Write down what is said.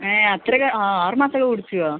ഏ അത്ര ആ ആറ് മാസത്തേക്കാണോ കൊടുത്തിക